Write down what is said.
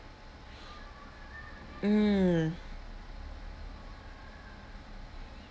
mm